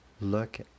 look